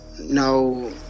no